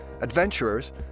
adventurers